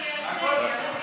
אז, כל יכול.